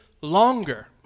longer